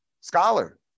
scholar